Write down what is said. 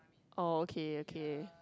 oh okay okay